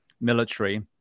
military